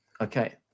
Okay